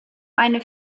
eine